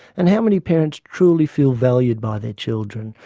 and how many parents truly feel valued by their children,